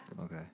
Okay